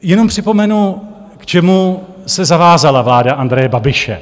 Jenom připomenu, k čemu se zavázala vláda Andreje Babiše.